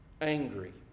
angry